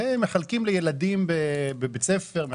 מחלקים את זה לילדים בבית הספר.